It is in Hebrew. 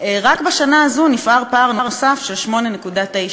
רק בשנה הזו נפער פער נוסף של 8.9%,